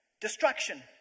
destruction